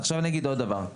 עכשיו אני אגיד עוד דבר,